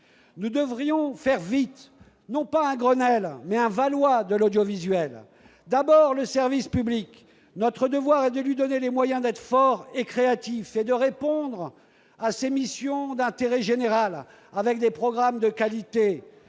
Nous devrions vite organiser non pas un Grenelle, mais un Valois de l'audiovisuel, avec pour priorité le service public : notre devoir est de lui donner les moyens d'être fort et créatif et de répondre à ses missions d'intérêt général grâce à des programmes de qualité.